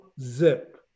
zip